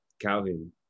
Calvin